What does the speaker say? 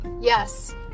yes